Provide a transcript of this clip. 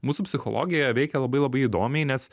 mūsų psichologija veikia labai labai įdomiai nes